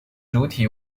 主体